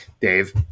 Dave